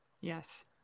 Yes